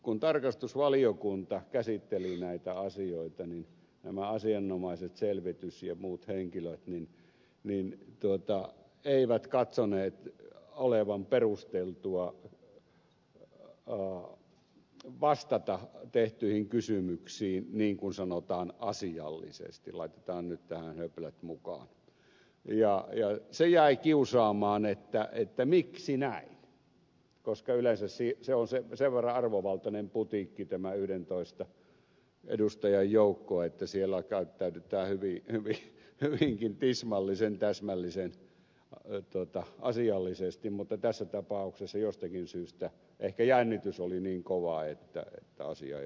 kun tarkastusvaliokunta käsitteli näitä asioita nämä asianomaiset selvitys ja muut henkilöt eivät katsoneet olevan perusteltua vastata tehtyihin kysymyksiin niin kuin sanotaan asiallisesti laitetaan nyt tähän höplät mukaan ja se jäi kiusaamaan miksi näin koska yleensä se on sen verran arvovaltainen putiikki tämä yhdentoista edustajan joukko että siellä käyttäydytään hyvinkin tismallisen täsmällisen asiallisesti mutta tässä tapauksessa jostakin syystä ehkä jännitys oli niin kovaa että asia ei ollut ihan hallinnassa